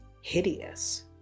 hideous